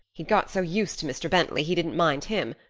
he'd got so used to mr. bentley he didn't mind him,